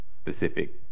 specific